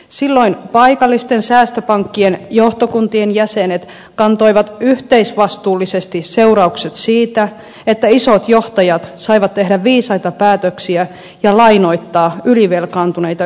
silloin paikallisten säästöpankkien johtokuntien jäsenet kantoivat yhteisvastuullisesti seuraukset siitä että isot johtajat saivat tehdä viisaita päätöksiä ja lainoittaa ylivelkaantuneita yrityksiä